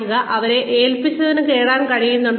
അവർക്ക് അവരെ ഏൽപ്പിച്ചത് നേടാൻ കഴിഞ്ഞിട്ടുണ്ടോ